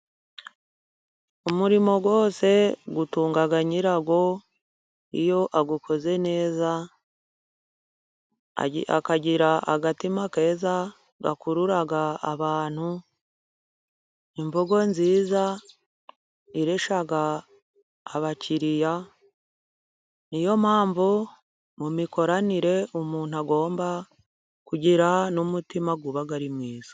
Umurimo wose utunga nyirawo iyo awukoze neza akagira agatima keza gakurura abantu, imvugo nziza ireshya abakiriya. Niyo mpamvu mu mikoranire umuntu agomba kugira n'umutima uba ari mwiza.